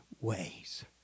ways